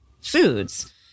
foods